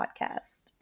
podcast